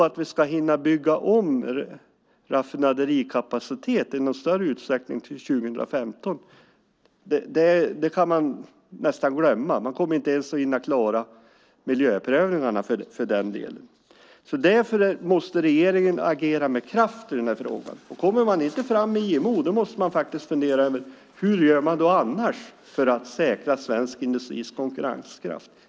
Att vi skulle hinna bygga om raffinaderikapaciteten i någon större utsträckning fram till 2015 kan man nästan glömma. Man kommer inte ens att hinna klara miljöprövningarna för den delen. Därför måste regeringen agera med kraft i den här frågan. Kommer man inte fram med IMO måste man fundera över hur man gör annars för att säkra svensk industris konkurrenskraft.